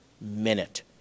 minute